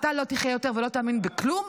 אתה לא תחיה יותר ולא תאמין בכלום,